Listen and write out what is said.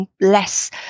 less